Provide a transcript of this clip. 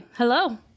Hello